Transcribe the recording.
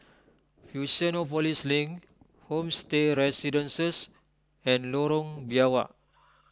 Fusionopolis Link Homestay Residences and Lorong Biawak